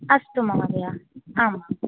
अस्तु महोदय आम्